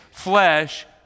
flesh